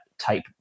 type